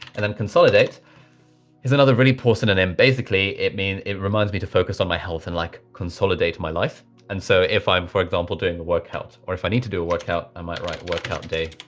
and then consolidate is another really poor synonym. basically it means, it reminds me to focus on my health and like consolidate my life. and so if i'm, for example, doing the workout or if i need to do a workout, i might write workout day